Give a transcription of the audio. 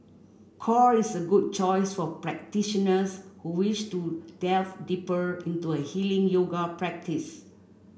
core is a good choice for practitioners who wish to delve deeper into a healing yoga practice